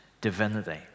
divinity